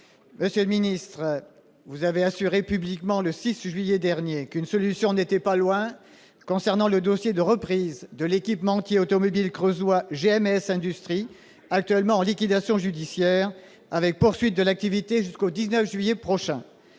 juillet dernier, vous avez assuré publiquement qu'une solution n'était pas loin dans le dossier de reprise de l'équipementier automobile creusois GM&S Industry. Ce dernier est actuellement en liquidation judiciaire, avec poursuite de l'activité jusqu'au 19 juillet prochain.